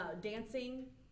dancing